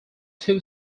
two